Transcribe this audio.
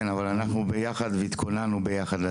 כן, אבל אנחנו ביחד והתכוננו ביחד לדיון.